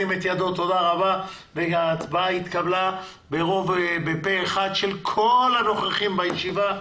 הצבעה בעד פה אחד אושר אושר פה אחד של כל הנוכחים בישיבה.